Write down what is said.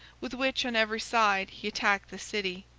with which on every side he attacked the city.